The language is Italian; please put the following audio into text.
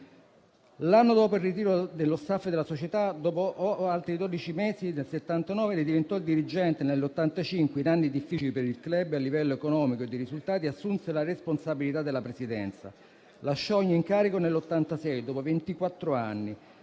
L'anno dopo il ritiro dallo staff e dalla società, dopo altri dodici mesi, nel 1979, diventò dirigente. Nel 1985, in anni difficili per il *club* a livello economico e di risultati, assunse la responsabilità della presidenza. Lasciò ogni incarico nel 1986, dopo